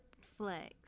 Flex